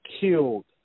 killed